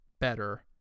better